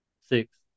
Six